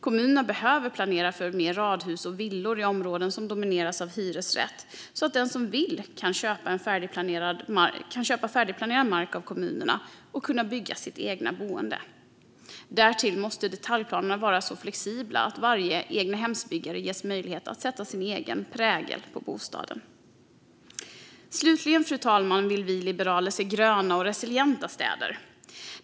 Kommunerna behöver planera för mer radhus och villor i områden som domineras av hyresrätter, så att den som vill kan köpa färdigplanerad mark av kommunerna och bygga ett eget boende. Därtill måste detaljplanerna vara så flexibla att varje egnahemsbyggare ges möjlighet att sätta sin egen prägel på bostaden. Fru talman! Slutligen vill vi liberaler se gröna och resilienta städer.